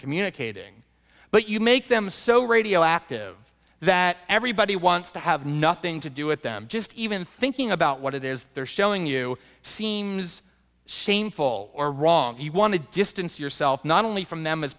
communicating but you make them so radioactive that everybody wants to have nothing to do with them just even thinking about what it is they're showing you seems shameful or wrong you want to distance yourself not only from them as